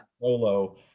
Solo